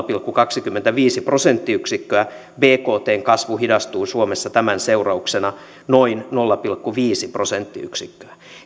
pilkku kaksikymmentäviisi prosenttiyksikköä bktn kasvu hidastuu suomessa tämän seurauksena noin nolla pilkku viisi prosenttiyksikköä